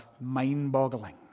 mind-boggling